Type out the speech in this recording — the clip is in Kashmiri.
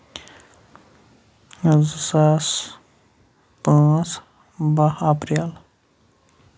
زٕ ساس پانٛژھ بہہ اَپریل